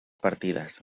partides